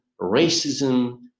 racism